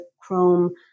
chrome